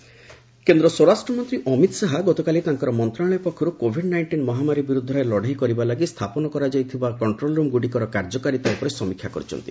ଅମିତ ଶାହା ସମୀକ୍ଷା କେନ୍ଦ୍ର ସ୍ୱରାଷ୍ଟ୍ରମନ୍ତ୍ରୀ ଅମିତ ଶାହା ଗତକାଲି ମନ୍ତ୍ରଣାଳୟ ପକ୍ଷରୁ କୋଭିଡ୍ ନାଇଷ୍ଟିନ୍ ମହାମାରୀ ବିରୁଦ୍ଧରେ ଲଢ଼େଇ କରିବା ଲାଗି ସ୍ଥାପନ କରାଯାଇଥିବା ବିଭିନ୍ନ କଣ୍ଟ୍ରୋଲରୁମ୍ଗୁଡ଼ିକର କାର୍ଯ୍ୟକାରିତା ଉପରେ ସମୀକ୍ଷା କରିଛନ୍ତି